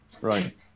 Right